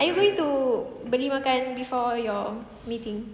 are you going to beli makan before your meeting